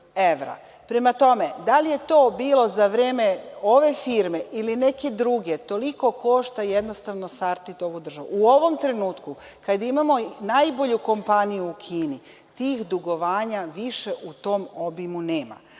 Prema tome, da li je to bilo za vreme ove firme ili neke druge, toliko košta jednostavno „Sartid“ ovu državu. U ovom trenutku, kada imamo najbolju kompaniju u Kini, tih dugovanja više u tom obimu nema. Ono